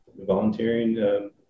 volunteering